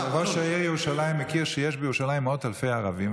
ראש העיר ירושלים יודע שיש בירושלים מאות אלפי ערבים,